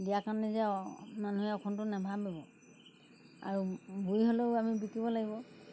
দিয়াৰ কাৰণে যে মানুহে অসন্তোষ নেভাবিব আৰু বুঢ়ী হ'লেও আমি বিকিব লাগিব